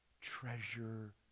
Treasure